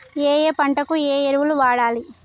ఏయే పంటకు ఏ ఎరువులు వాడాలి?